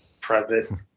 present